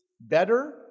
better